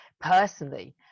personally